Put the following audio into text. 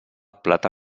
plata